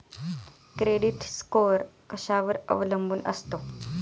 Credit score कशावर अवलंबून असतो?